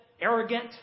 arrogant